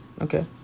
Okay